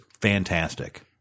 fantastic